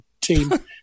team